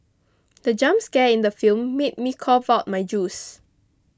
the jump scare in the film made me cough out my juice